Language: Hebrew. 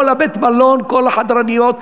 כל בית-המלון, כל החדרניות.